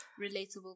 relatable